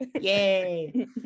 yay